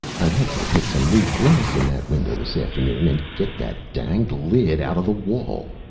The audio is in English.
i want you to put some new glass in that window this afternoon and get that danged lid outta the wall.